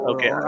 Okay